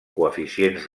coeficients